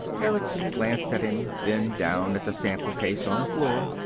erickson glanced at him, then down at the sample case on the floor.